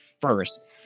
first